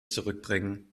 zurückbringen